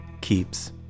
keeps